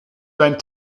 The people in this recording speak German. dein